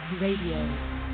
Radio